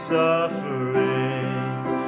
sufferings